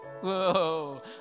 Whoa